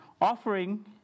Offering